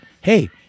Hey